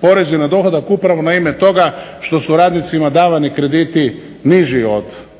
porezi na dohodak upravo na ime toga što su radnicima davani krediti niži od